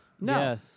No